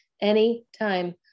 Anytime